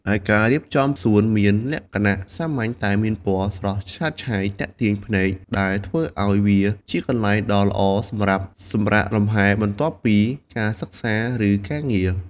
ឯការរៀបចំសួនមានលក្ខណៈសាមញ្ញ តែមានពណ៌ស្រស់ឆើតឆាយទាក់ទាញភ្នែក ដែលធ្វើឱ្យវាជាកន្លែងដ៏ល្អសម្រាប់សម្រាកលំហែបន្ទាប់ពីការសិក្សា ឬការងារ។